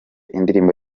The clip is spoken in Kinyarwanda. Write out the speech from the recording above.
indirimbo